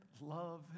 love